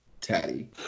tatty